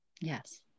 Yes